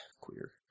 queer